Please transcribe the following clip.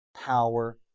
power